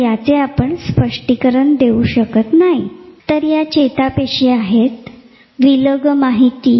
यात अनेक स्लाईड्स काहीशा अनावश्यक वाटतील पण त्या यात माहिती add करतील मी तुम्हाला चेतनी गोष्टीबद्दल सांगितले होते